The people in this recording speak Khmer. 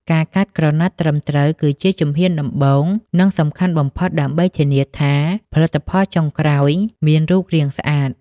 ការកាត់ក្រណាត់ត្រឹមត្រូវគឺជាជំហានដំបូង និងសំខាន់បំផុតដើម្បីធានាថាផលិតផលចុងក្រោយមានរូបរាងស្អាត។